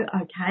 okay